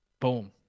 Boom